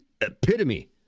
epitome